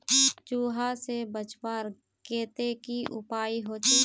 चूहा से बचवार केते की उपाय होचे?